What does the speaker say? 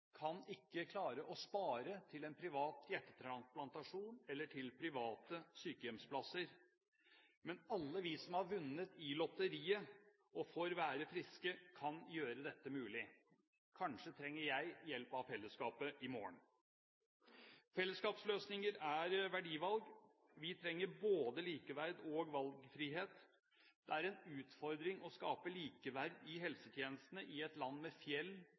kan ikke klare å spare til en privat hjertetransplantasjon eller til private sykehjemsplasser. Men alle vi som har vunnet i lotteriet og får være friske, kan gjøre dette mulig. Kanskje trenger jeg hjelp av fellesskapet i morgen. Fellesskapsløsninger er verdivalg. Vi trenger både likeverd og valgfrihet. Det er en utfordring å skape likeverd i helsetjenestene i et land med fjell,